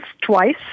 twice